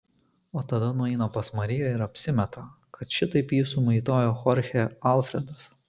o tada nueina pas mariją ir apsimeta kad šitaip jį sumaitojo chorchė alfredas